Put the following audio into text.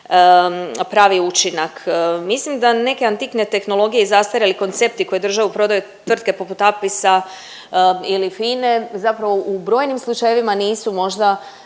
pravi učinak. Mislim da neke antikne tehnologije i zastarjeli koncepti koje državu prodaju tvrtke poput Apisa ili FINA-e zapravo u brojnim slučajevima nisu možda